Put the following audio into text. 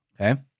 Okay